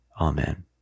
Amen